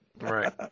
Right